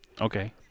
Okay